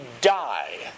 die